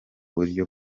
buryo